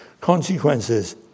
consequences